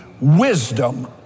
wisdom